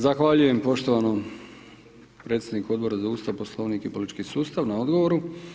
Zahvaljujem poštovanom predsjedniku Odbora za Ustav, Poslovnik i politički sustav na odgovoru.